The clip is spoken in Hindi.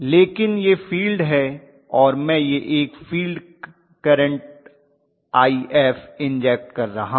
लेकिन यह फील्ड है और मैं यहां एक फ़ील्ड करंट इंजेक्ट कर रहा हूं